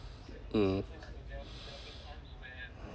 mm